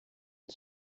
une